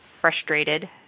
frustrated